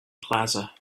plaza